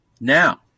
Now